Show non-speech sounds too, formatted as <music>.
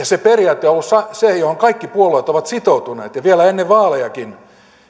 <unintelligible> se ja siihen kaikki puolueet ovat sitoutuneet ja vielä ennen vaalejakin